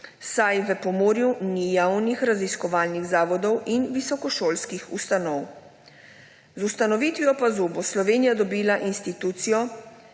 saj v Pomurju ni javnih raziskovalnih zavodov in visokošolskih ustanov. Z ustanovitvijo PAZU bo Slovenija dobila institucijo,